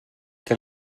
què